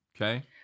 okay